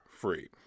free